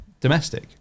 domestic